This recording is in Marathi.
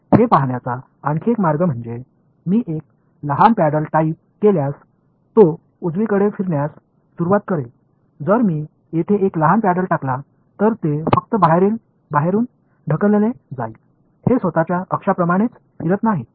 हे पाहण्याचा आणखी एक मार्ग म्हणजे मी एक लहान पॅडल टाईप केल्यास तो उजवीकडे फिरण्यास सुरवात करेल जर मी येथे एक लहान पॅडल टाकला तर ते फक्त बाहेरून ढकलले जाईल हे स्वतःच्या अक्षांप्रमाणेच फिरत नाही